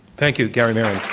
thank you, gary miron.